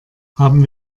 haben